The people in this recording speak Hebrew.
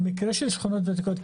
במקרה של שכונות ותיקות,